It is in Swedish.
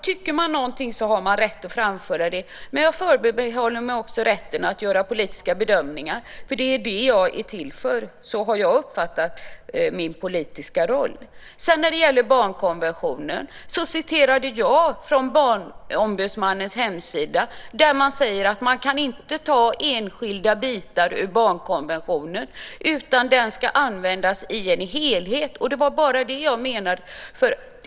Tycker man någonting har man rätt att framföra det, men jag förbehåller mig också rätten att göra politiska bedömningar. Det är det jag är till för. Så har jag uppfattat min politiska roll. Jag citerade från Barnombudsmannens hemsida där man säger att man inte kan ta enskilda bitar ur barnkonventionen, utan den ska användas som en helhet. Det var det jag menade.